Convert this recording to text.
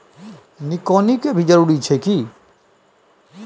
निकौनी के भी जरूरी छै की?